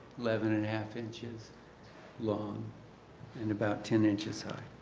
eleven and a half inches long and about ten inches high.